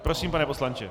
Prosím, pane poslanče.